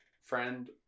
friend